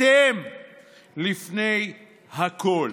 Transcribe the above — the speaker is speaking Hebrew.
אתם לפני הכול.